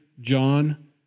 John